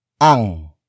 Ang